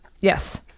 Yes